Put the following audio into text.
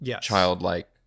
childlike